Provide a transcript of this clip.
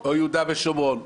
או יהודה ושומרון?